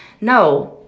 No